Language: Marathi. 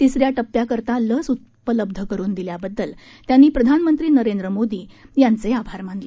तिसऱ्या टप्प्याकरता लस उपलब्ध करून दिल्याबद्दल त्यांनी प्रधानमंत्री नरेंद्र मोदी यांचे आभार मानले